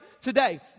today